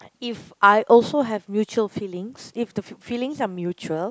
if I also have mutual feelings if the fee~ feelings are mutual